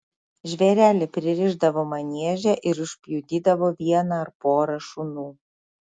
žvėrelį pririšdavo manieže ir užpjudydavo vieną ar porą šunų